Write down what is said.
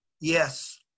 yes